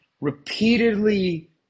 repeatedly